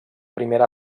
primera